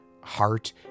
heart